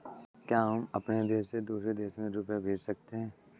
क्या हम अपने देश से दूसरे देश में रुपये भेज सकते हैं?